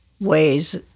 ways